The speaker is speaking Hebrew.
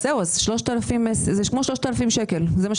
זה כמו 3,000 שקלים.